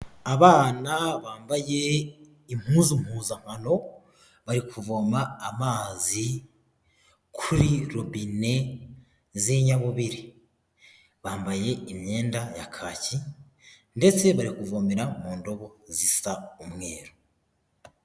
Abana bambaye impuzu mpuzamano bari kuvoma amazi kuri robine z'inyabubiri bambaye imyenda ya kaki ndetse barakuvomera mu ndobo zisa umweru.